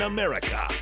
America